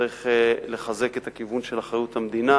צריך לחזק את הכיוון של אחריות המדינה,